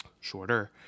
shorter